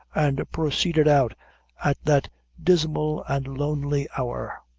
and proceeded out at that dismal and lonely hour.